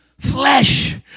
flesh